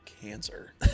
Cancer